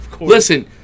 Listen